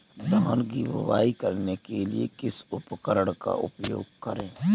धान की बुवाई करने के लिए किस उपकरण का उपयोग करें?